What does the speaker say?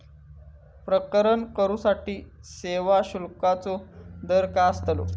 प्रकरण करूसाठी सेवा शुल्काचो दर काय अस्तलो?